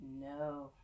No